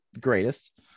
greatest